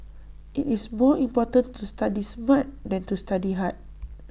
IT is more important to study smart than to study hard